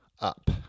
up